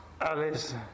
Alice